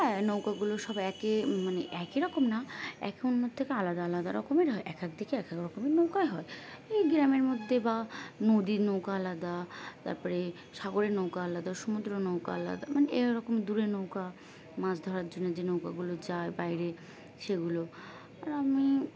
হ্যাঁ নৌকাগুলো সব একে মানে একই রকম না একে অন্যের থেকে আলাদা আলাদা রকমের হয় এক এক দিকে এক এক রকমের নৌকাই হয় এই গ্রামের মধ্যে বা নদীর নৌকা আলাদা তারপরে সাগরের নৌকা আলাদা সমুদ্রর নৌকা আলাদা মানে এরকম দূরের নৌকা মাছ ধরার জন্যে যে নৌকাগুলো যায় বাইরে সেগুলো আর আমি